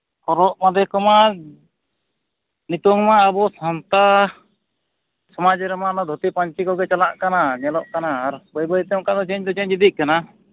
ᱦᱚᱨᱚᱜᱼᱵᱟᱸᱫᱮ ᱠᱚᱢᱟ ᱱᱤᱛᱚᱝ ᱢᱟ ᱟᱵᱚ ᱥᱟᱱᱛᱟᱲ ᱥᱚᱢᱟᱡᱽ ᱨᱮᱢᱟ ᱚᱱᱟ ᱫᱷᱩᱛᱤ ᱯᱟᱹᱧᱪᱤ ᱠᱚᱜᱮ ᱪᱟᱞᱟᱜ ᱠᱟᱱᱟ ᱧᱮᱞᱚᱜ ᱠᱟᱱᱟ ᱟᱨ ᱵᱟᱹᱭᱼᱵᱟᱹᱭᱛᱮ ᱚᱱᱠᱟᱫᱚ ᱪᱮᱧᱡᱽᱫᱚ ᱪᱮᱧᱡᱽ ᱤᱫᱤᱜ ᱠᱟᱱᱟ